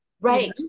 Right